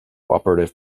operative